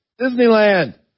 Disneyland